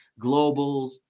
globals